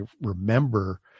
remember